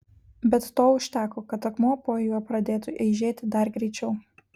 bet to užteko kad akmuo po juo pradėtų eižėti dar greičiau